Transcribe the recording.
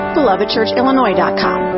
belovedchurchillinois.com